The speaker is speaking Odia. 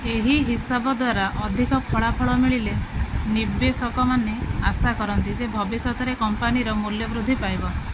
ଏହି ହିସାବ ଦ୍ୱାରା ଅଧିକ ଫଳାଫଳ ମିଳିଲେ ନିବେଶକମାନେ ଆଶା କରନ୍ତି ଯେ ଭବିଷ୍ୟତରେ କମ୍ପାନୀର ମୂଲ୍ୟ ବୃଦ୍ଧି ପାଇବ